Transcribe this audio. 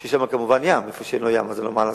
שיש בתחומן כמובן ים, איפה שאין ים אין מה לעשות,